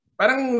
parang